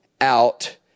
out